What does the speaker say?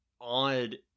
odd